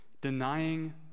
denying